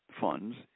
funds